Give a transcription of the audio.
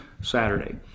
Saturday